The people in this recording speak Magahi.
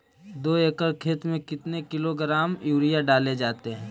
दू एकड़ खेत में कितने किलोग्राम यूरिया डाले जाते हैं?